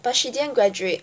but she didn't graduate